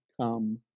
come